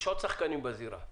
יש עוד שחקנים בזירה.